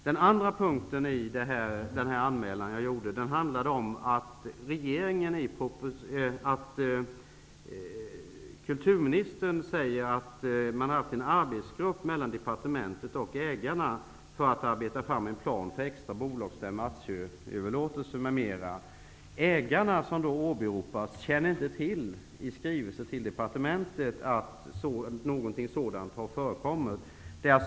Den andra punkten i min anmälan gäller att kulturministern har sagt att man har haft en arbetsgrupp mellan departementet och ägarna för att arbeta fram en plan för extra bolagsstämma, aktieöverlåtelser m.m. Ägarna som då åberopades känner inte till att något sådant har förekommit.